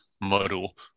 model